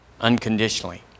unconditionally